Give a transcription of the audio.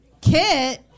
Kit